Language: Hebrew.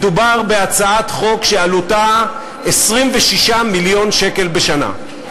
מדובר בהצעת חוק שעלותה 26 מיליון שקלים בשנה.